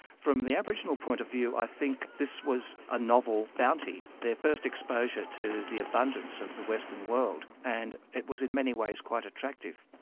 from the aboriginal point of view, i think this was a novel bounty, their first exposure to the abundance of the western world, and it was in many ways quite attractive.